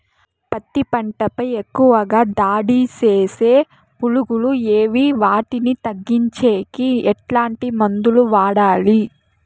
పత్తి పంట పై ఎక్కువగా దాడి సేసే పులుగులు ఏవి వాటిని తగ్గించేకి ఎట్లాంటి మందులు వాడాలి?